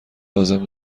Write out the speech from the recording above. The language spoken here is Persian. لازم